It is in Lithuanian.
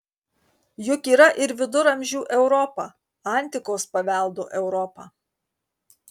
juk yra ir viduramžių europa antikos paveldo europa